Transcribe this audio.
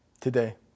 Today